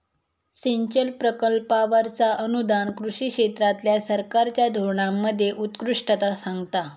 सिंचन प्रकल्पांवरचा अनुदान कृषी क्षेत्रातल्या सरकारच्या धोरणांमध्ये उत्कृष्टता सांगता